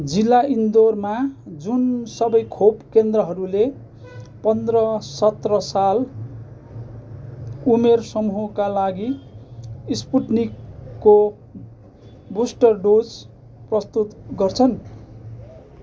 जिल्ला इन्दौरमा जुन सबै खोप केन्द्रहरूले पन्ध्र सत्र साल उमेर समूहका लागि स्पुत्निकको बुस्टर डोज प्रस्तुत गर्छन्